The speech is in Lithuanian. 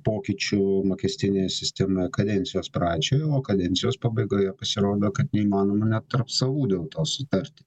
pokyčių mokestinėje sistemoje kadencijos pradžioje o kadencijos pabaigoje pasirodo kad neįmanoma net tarp savų dėl to sutarti